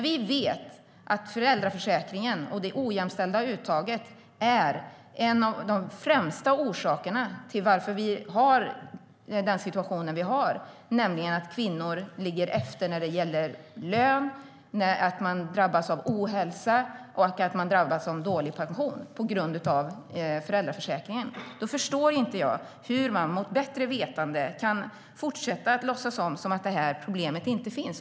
Vi vet att föräldraförsäkringen och det ojämställda uttaget är en av de främsta orsakerna till att kvinnor ligger efter när det gäller lön och pension samt oftare drabbas av ohälsa. Jag förstår inte hur man mot bättre vetande kan låtsas som om problemet inte finns.